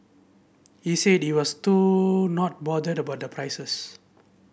he said he was too not bothered by the prices